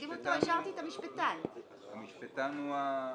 המשפטן הוא החמישי.